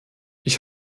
ich